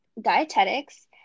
dietetics